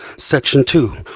section two,